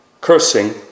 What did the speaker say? cursing